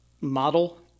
model